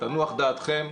תנוח דעתכם,